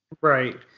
Right